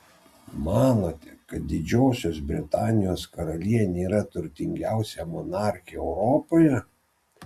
manote kad didžiosios britanijos karalienė yra turtingiausia monarchė europoje